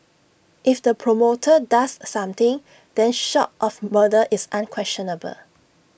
if the promoter does something then short of murder it's unquestionable